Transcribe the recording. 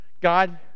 God